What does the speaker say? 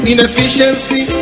Inefficiency